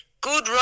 Good